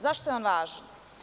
Zašto je on važan?